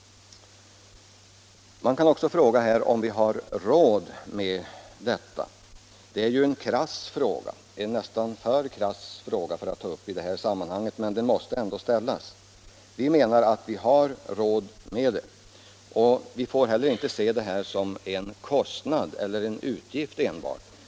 Man kan också fråga om samhället har råd med detta. Det är ju en krass fråga — nästan för krass för att tas upp i detta sammanhang, men den måste ändå ställas. Vi menar att samhället har råd med det. Vi får inte heller se det här som en kostnad eller en utgift enbart.